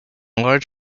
large